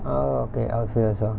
oh okay outfield also